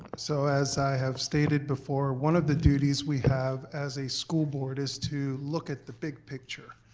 so as i have stated before, one of the duties we have as a school board is to look at the big picture.